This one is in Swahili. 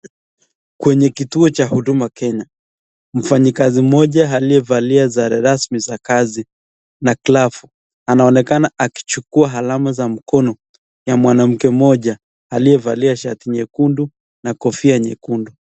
Kwenye kituo cha Huduma Kenya, mfanyikazi mmoja aliyevalia sare rasmi za kazi na glavu, anaonekana akichukua alama za mkono ya mwanamke mmoja aliyevalia shati nyekundu na kofia nyekundu.